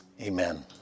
Amen